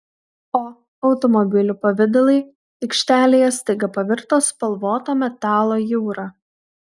o automobilių pavidalai aikštelėje staiga pavirto spalvoto metalo jūra